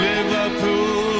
Liverpool